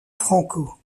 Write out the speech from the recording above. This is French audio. franco